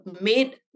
made